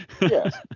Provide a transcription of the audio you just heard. Yes